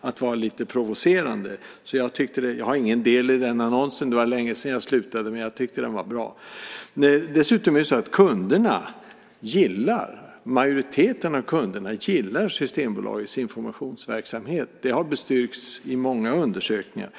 att vara lite provocerande. Jag har ingen del i den annonsen, det var länge sedan jag slutade, men jag tyckte att den var bra. Dessutom gillar majoriteten av kunderna Systembolagets informationsverksamhet. Det har bestyrkts i många undersökningar.